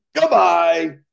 goodbye